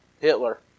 Hitler